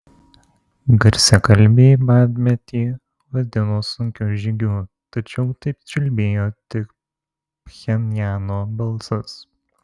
garsiakalbiai badmetį vadino sunkiu žygiu tačiau taip čiulbėjo tik pchenjano balsas